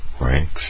ranks